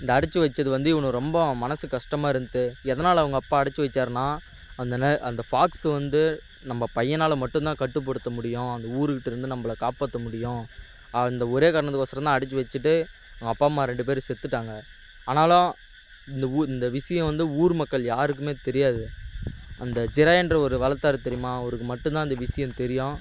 இந்த அடைச்சி வச்சது வந்து இவனை ரொம்பவும் மனது கஷ்டமாக இருந்தது எதனால் அவங்க அப்பா அடைச்சி வச்சாருன்னால் அந்த ந அந்த ஃபாக்ஸ் வந்து நம்ம பையனால் மட்டும் தான் கட்டுப்படுத்த முடியும் அந்த ஊருகிட்டருந்து நம்மளை காப்பாற்ற முடியும் அந்த ஒரே காரணத்துக்கோசரம் தான் அடைச்சி வச்சிட்டு அவன் அப்பா அம்மா ரெண்டு பேரும் செத்துட்டாங்க ஆனாலும் இந்த ஊர் இந்த விஷயம் வந்து ஊர் மக்கள் யாருக்குமே தெரியாது அந்த ஜெரையான்ற ஒரு வளர்த்தாரு தெரியுமா அவருக்கு மட்டும் தான் அந்த விஷயம் தெரியும்